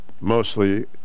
mostly